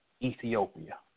Ethiopia